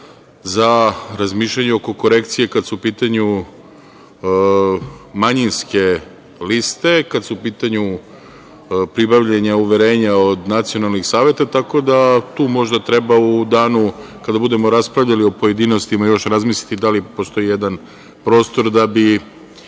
za razmišljanje oko korekcije kada su u pitanju manjinske liste, kada su u pitanju pribavljanja uverenja od nacionalnih saveta tako da tu možda treba u danu kada budemo raspravljali u pojedinostima još razmisliti da li postoji jedan prostor da bi